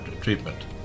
treatment